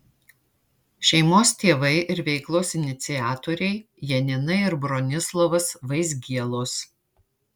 šeimos tėvai ir veiklos iniciatoriai janina ir bronislovas vaizgielos